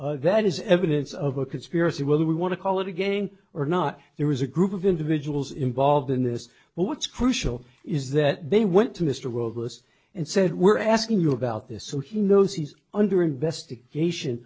bodies that is evidence of a conspiracy whether we want to call it again or not there was a group of individuals involved in this but what's crucial is that they went to mr world list and said we're asking you about this so he knows he's under investigation